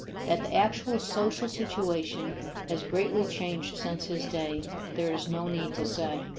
that the actual social situation has greatly changed since his day there is no need to say.